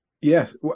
Yes